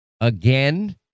again